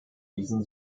diesen